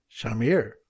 Shamir